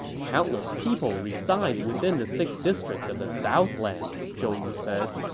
countless people reside within the six districts of the southlands, zhou yu said.